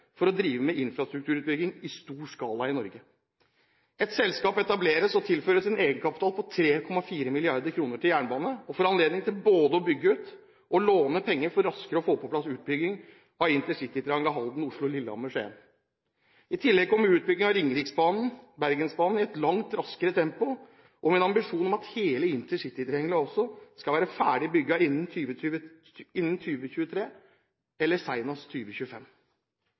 for å drive med infrastrukturutbygging i stor skala i Norge. Et selskap etableres og tilføres en egenkapital på 3,4 mrd. kr til jernbane, og får anledning til både å bygge ut og låne penger for raskere å få på plass intercitytriangelet Halden–Oslo–Lillehammer–Skien. I tillegg kommer utbygging av Ringeriks- og Bergensbanen i et langt raskere tempo, og med en ambisjon om at hele intercitytriangelet også skal være ferdig bygget innen 2023 eller